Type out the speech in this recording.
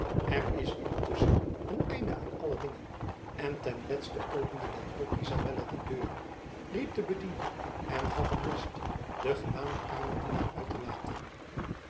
er is intusschen een einde aan alle dingen en ten lesten opende dan ook izabella de deur riep den bediende en gaf hem last den gewaanden kamerdienaar uit te laten